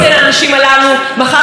תודה, גברתי, תודה רבה.